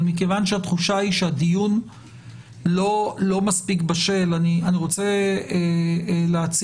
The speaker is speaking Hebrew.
אבל כיוון שהתחושה היא שהדיון הוא לא מספיק בשל אני רוצה להציע,